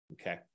okay